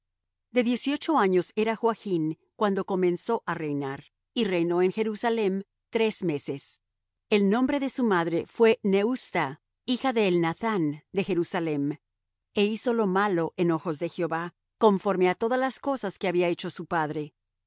de dieciocho años era joachn cuando comenzó á reinar y reinó en jerusalem tres meses el nombre de su madre fué neusta hija de elnathán de jerusalem e hizo lo malo en ojos de jehová conforme á todas las cosas que había hecho su padre